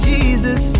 Jesus